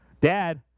dad